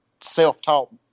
self-taught